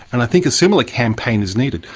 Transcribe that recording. and i think a similar campaign is needed.